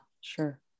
sure